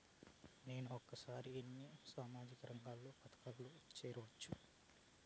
నేను ఒకేసారి ఎన్ని సామాజిక రంగ పథకాలలో సేరవచ్చు?